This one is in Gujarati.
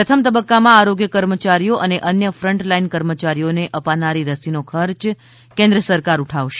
પ્રથમ તબક્કામાં આરોગ્ય કર્મચારીઓ અને અન્ય ફન્ટલાઈન કર્મચારીઓને અપાનારી રસીનો ખર્ચ કેન્દ્ર સરકાર ઉઠાવશે